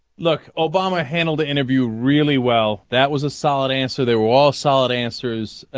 look obama handled interview really well that was a solid and so they were all solid answers ah.